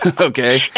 Okay